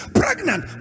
pregnant